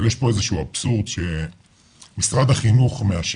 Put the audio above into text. אבל יש פה איזה שהוא אבסורד שמשרד החינוך מאשר,